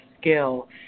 skill